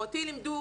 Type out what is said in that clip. ואותי לימדו,